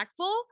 impactful